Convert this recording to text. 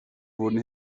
wurden